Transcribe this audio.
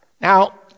Now